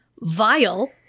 Vile